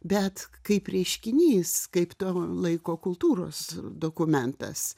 bet kaip reiškinys kaip to laiko kultūros dokumentas